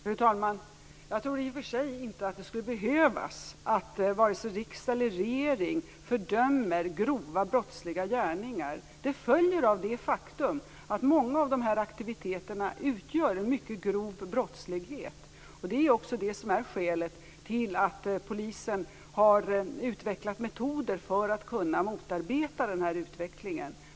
Fru talman! Jag tror i och för sig inte att det skulle behövas att vare sig riksdag eller regering fördömer grova brottsliga gärningar. Det följer av det faktum att många av de här aktiviteterna utgör en mycket grov brottslighet. Det är också det som är skälet till att polisen har utvecklat metoder för att kunna motarbeta den här utvecklingen.